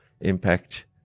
impact